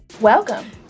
Welcome